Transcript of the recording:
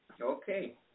okay